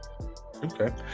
okay